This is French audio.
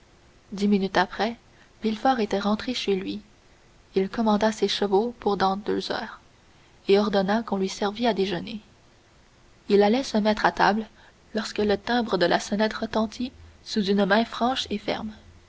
dix minutes après villefort était rentré chez lui il commanda ses chevaux pour dans deux heures et ordonna qu'on lui servît à déjeuner il allait se mettre à table lorsque le timbre de la sonnette retentit sous une main franche et ferme